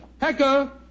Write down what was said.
Hacker